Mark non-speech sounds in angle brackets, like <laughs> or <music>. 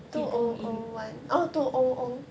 he born in <laughs>